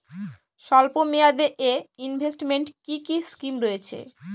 স্বল্পমেয়াদে এ ইনভেস্টমেন্ট কি কী স্কীম রয়েছে?